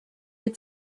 had